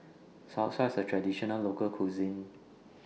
Salsa IS A Traditional Local Cuisine